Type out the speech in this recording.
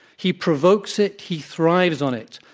he provokes it. he thrives on it.